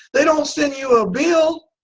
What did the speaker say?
they don't send you a bill.